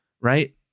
right